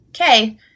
Okay